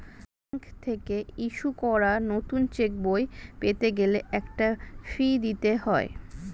bank থেকে issue করা নতুন চেকবই পেতে গেলে একটা ফি দিতে হয়